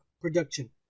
production